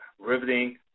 riveting